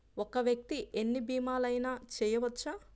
ఒక్క వ్యక్తి ఎన్ని భీమలయినా చేయవచ్చా?